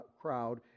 crowd